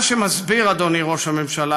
מה שמסביר, אדוני ראש הממשלה,